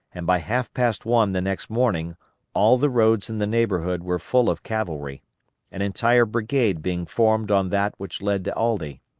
and by half past one the next morning all the roads in the neighborhood were full of cavalry an entire brigade being formed on that which led to aldie.